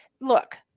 Look